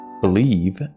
believe